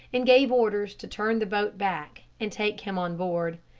and gave orders to turn the boat back, and take him on board.